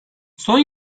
son